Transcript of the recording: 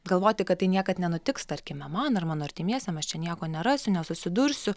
galvoti kad tai niekad nenutiks tarkime man ar mano artimiesiem čia nieko nerasiu nesusidursiu